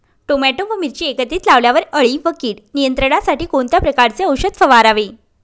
Tomato व मिरची एकत्रित लावल्यावर अळी व कीड नियंत्रणासाठी कोणत्या प्रकारचे औषध फवारावे?